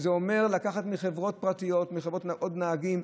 זה אומר לקחת מחברות פרטיות עוד נהגים,